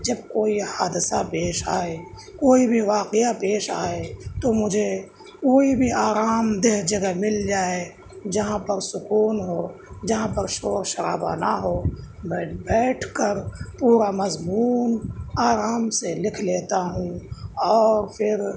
جب کوئی حادثہ پیش آئے کوئی بھی واقعہ پیش آئے تو مجھے کوئی بھی آرام دہ جگہ مل جائے جہاں پر سکون ہو جہاں پر شور شرابہ نا ہو میں بیٹھ کر تھوڑا مضمون آرام سے لکھ لیتا ہوں اور پھر